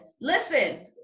Listen